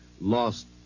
lost